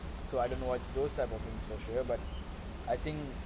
so I don't know what's those types of horror films but I think